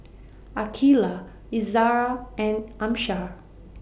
Aqeelah Izzara and Amsyar